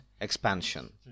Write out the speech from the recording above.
expansion